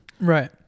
Right